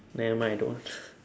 nevermind I don't want